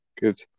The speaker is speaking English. Good